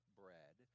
bread